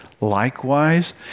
Likewise